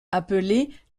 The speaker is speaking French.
appelées